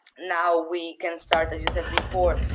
now we can start, as you said before,